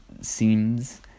seems